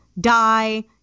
die